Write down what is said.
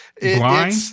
Blind